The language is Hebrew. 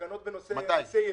מתי?